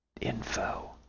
info